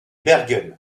bergen